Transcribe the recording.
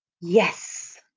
yes